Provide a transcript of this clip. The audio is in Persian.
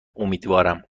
امیدوارم